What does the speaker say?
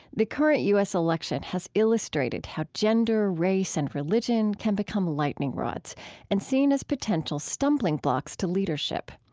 the current u s. election has illustrated how gender, race, and religion can become lightning rods and seen as potential stumbling blocks to leadership.